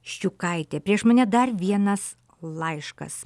ščiukaitė prieš mane dar vienas laiškas